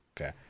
okay